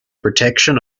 protection